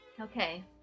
Okay